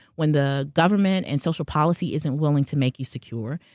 when the government and social policy isn't willing to make you secure,